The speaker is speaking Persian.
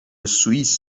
سوئیس